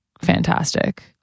fantastic